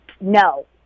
No